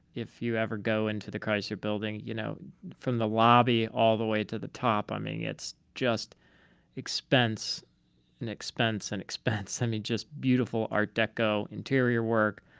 if you ever go into the chrysler building, you know from the lobby all the way to the top, i mean, it's just expense and expense and expense and it's just beautiful art deco, interior work,